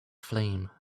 flame